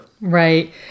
Right